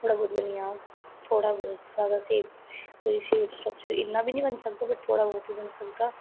थोह्ड़ा बहूत बनी जाग थोह्ड़ा बहुत अगर स्हेई पूरा शेप स्ट्रक्चर इन्ना बी नेईं सब कुछ थोह्ड़ा बहुत बनी सकदा